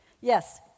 yes